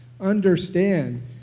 understand